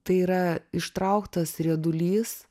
tai yra ištrauktas riedulys